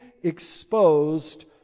exposed